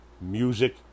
Music